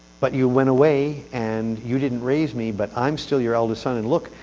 but you went away, and you didn't raise me but i'm still your eldest son. and look,